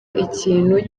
ikintu